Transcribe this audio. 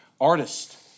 artist